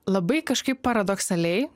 labai kažkaip paradoksaliai